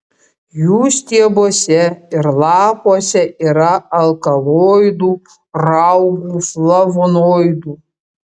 jų stiebuose ir lapuose yra alkaloidų raugų flavonoidų